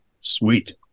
Sweet